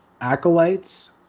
Acolytes